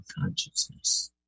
consciousness